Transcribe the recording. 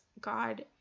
God